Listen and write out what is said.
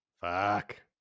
fuck